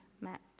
met